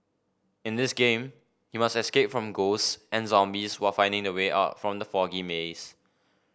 in this game you must escape from ghosts and zombies while finding the way out from the foggy maze